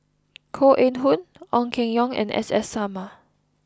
Koh Eng Hoon Ong Keng Yong and S S Sarma